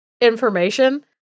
information